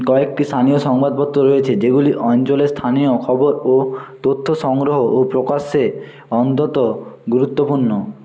কয়েকটি স্থানীয় সংবাদপত্র রয়েছে যেগুলি অঞ্চলের স্থানীয় খবর ও তথ্য সংগ্রহ ও প্রকাশে অত্যন্ত গুরুত্বপূর্ণ